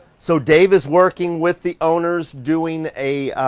so dave is working with the owners doing a